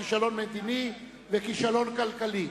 כישלון מדיני וכישלון כלכלי.